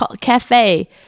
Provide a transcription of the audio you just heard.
cafe